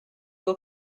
will